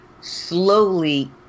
slowly